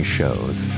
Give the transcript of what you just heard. shows